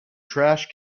trash